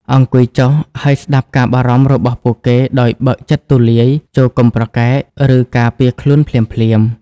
អង្គុយចុះ ហើយស្តាប់ការបារម្ភរបស់ពួកគេដោយបើកចិត្តទូលាយ ចូរកុំប្រកែក ឬការពារខ្លួនភ្លាមៗ។